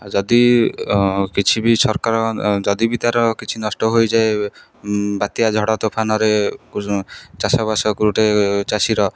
ଯଦି କିଛି ବି ସରକାର ଯଦି ବି ତାର କିଛି ନଷ୍ଟ ହୋଇଯାଏ ବାତ୍ୟା ଝଡ଼ ତୋଫାନରେ ଚାଷବାସ ଗୋଟେ ଚାଷୀର